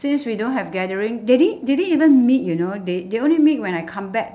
since we don't have gathering they didn't they didn't even meet you know they they only meet when I come back